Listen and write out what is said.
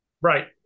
Right